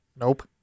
Nope